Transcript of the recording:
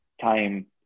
time